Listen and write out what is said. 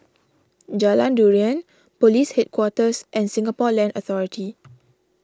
Jalan Durian Police Headquarters and Singapore Land Authority